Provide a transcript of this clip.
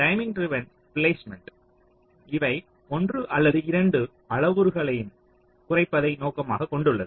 timing driven placement இவை ஒன்று அல்லது இரண்டு அளவுருக்களையும் குறைப்பதை நோக்கமாகக் கொண்டுள்ளது